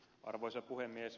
arvoisa puhemies